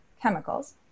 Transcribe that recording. chemicals